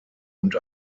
und